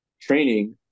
training